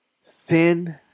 sin